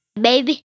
Baby